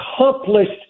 accomplished